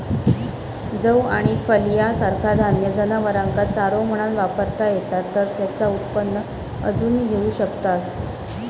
जौ आणि फलिया सारखा धान्य जनावरांका चारो म्हणान वापरता येता तर तेचा उत्पन्न अजून घेऊ शकतास